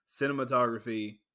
cinematography